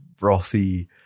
brothy